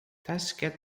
tashkent